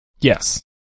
Yes